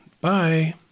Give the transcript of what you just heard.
Bye